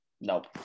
Nope